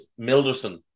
Milderson